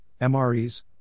MREs